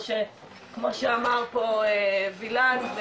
כמו שאמר פה אבשלום וילן,